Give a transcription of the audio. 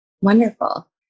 Wonderful